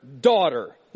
daughter